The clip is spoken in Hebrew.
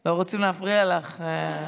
לא רוצים להפריע לך.